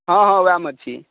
हँ हँ उएहमे छी